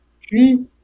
Puis